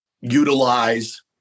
utilize